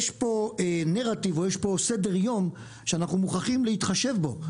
יש פה סדר יום שאנחנו מוכרחים להתחשב בו.